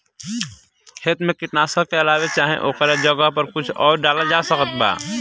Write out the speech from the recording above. खेत मे कीटनाशक के अलावे चाहे ओकरा जगह पर कुछ आउर डालल जा सकत बा?